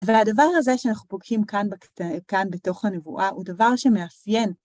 והדבר הזה שאנחנו פוגשים כאן בתוך הנבואה הוא דבר שמאפיין.